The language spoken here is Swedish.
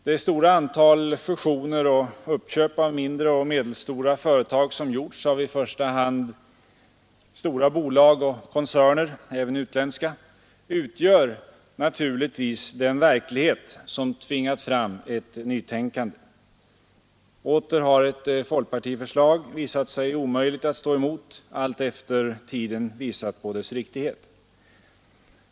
Det stora antal fusioner och uppköp av mindre och medelstora företag som gjorts av i första hand stora bolag och koncerner, även utländska, utgör naturligtvis den verklighet som tvingat fram ett nytänkande. Åter har ett folkpartiförslag visat sig omöjligt att stå emot allteftersom tiden pekat på dess riktighet.